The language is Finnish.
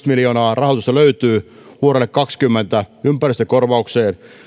miljoonaa rahoitusta löytyy vuodelle kaksikymmentä ympäristökorvaukseen